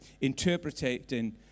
interpreting